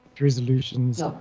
resolutions